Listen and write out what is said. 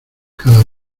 cada